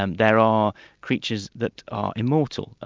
um there are creatures that are immortal, ah